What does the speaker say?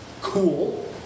cool